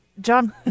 John